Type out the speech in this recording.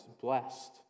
blessed